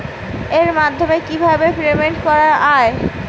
এর মাধ্যমে কিভাবে পেমেন্ট করা য়ায়?